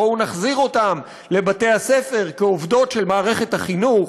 בואו נחזיר אותן לבתי-הספר כעובדות של מערכת החינוך,